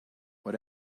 what